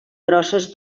grosses